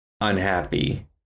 unhappy